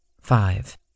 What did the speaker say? Five